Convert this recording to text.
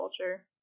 culture